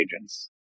agents